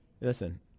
listen